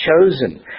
chosen